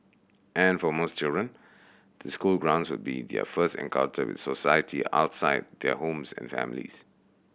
and for most children the school grounds would be their first encounter with society outside their homes and families